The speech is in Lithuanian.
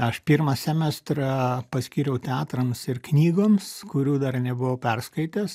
aš pirmą semestrą paskyriau teatrams ir knygoms kurių dar nebuvau perskaitęs